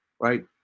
right